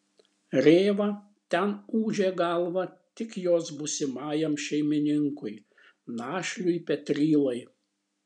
rėva ten ūžė galvą tik jos būsimajam šeimininkui našliui petrylai